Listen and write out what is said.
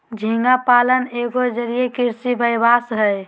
झींगा पालन एगो जलीय कृषि व्यवसाय हय